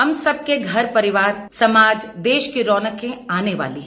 हम सबके घर परिवार समाज देश की रौनकें आने वाली हैं